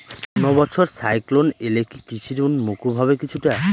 কোনো বছর সাইক্লোন এলে কি কৃষি ঋণ মকুব হবে কিছুটা?